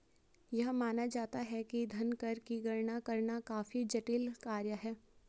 यह माना जाता है कि धन कर की गणना करना काफी जटिल कार्य है